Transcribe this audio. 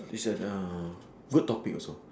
this one uh good topic also